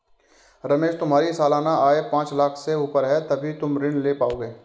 रमेश तुम्हारी सालाना आय पांच लाख़ से ऊपर है तभी तुम ऋण ले पाओगे